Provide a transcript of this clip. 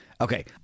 Okay